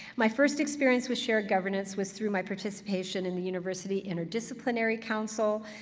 my first experience with shared governance was through my participation in the university interdisciplinary council,